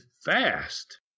fast